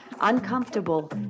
uncomfortable